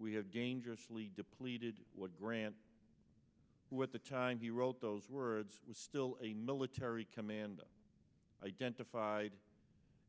we had dangerously depleted would grant with the time he wrote those words was still a military command identified